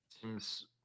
Seems